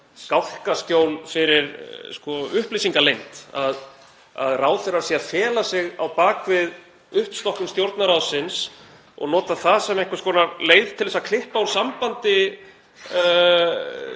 skálkaskjól fyrir upplýsingaleynd, að ráðherra sé að fela sig á bak við uppstokkun Stjórnarráðsins og nota það sem einhvers konar leið til þess að klippa úr sambandi